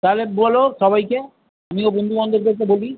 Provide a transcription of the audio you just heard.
তালে বলো সবাইকে আমিও বন্ধু বান্ধবদেরকে বলি